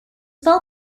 felt